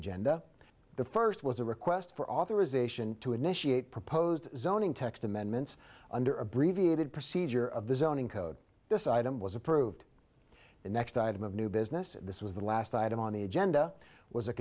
agenda the first was a request for authorization to initiate proposed zoning text amendments under abbreviated procedure of the zoning code this item was approved the next item of new business and this was the last item on the agenda was